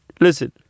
Listen